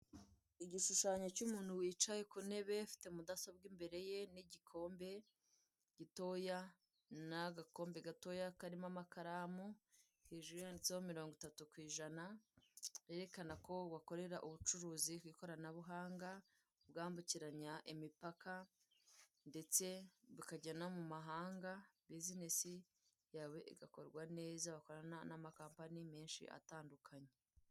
Igishushanyo cy'umuntu wicaye ku ntebe ufite mudasobwa imbere ye n'igikombe gitoya n'agakombe gatoya karimo amakaramu hejuru handitseho mirongo itatu ku ijana, yerekana ko bakorera ubucuruzi ku ikoranabuhanga bwambukiranya imipaka ndetse bakajya no mu mahanga bizinesi yawe igakorwa neza bakorana n'amakampani menshi atandukanye.